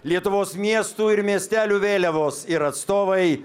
lietuvos miestų ir miestelių vėliavos ir atstovai